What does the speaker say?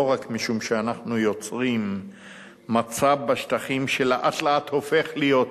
לא רק משום שאנחנו יוצרים בשטחים מצב שלאט-לאט הופך להיות